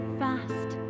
fast